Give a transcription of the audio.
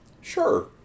Sure